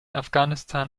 afghanistan